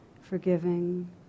forgiving